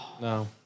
No